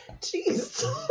jeez